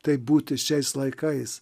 taip būti šiais laikais